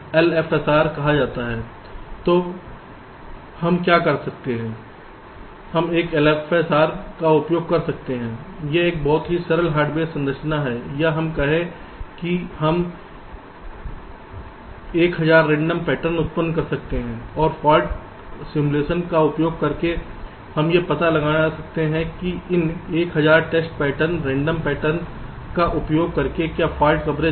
तो हम क्या कर सकते हैं हम एक LFSR का उपयोग कर सकते हैं यह एक बहुत ही सरल हार्डवेयर संरचना है या कहें कि हम 1000 रेंडम पैटर्न उत्पन्न कर सकते हैं और फाल्ट सिमुलेशन का उपयोग करके हम यह पता लगा सकते हैं कि उन 1000 टेस्ट पैटर्न रेंडम पैटर्न का उपयोग करके क्या फाल्ट कवरेज है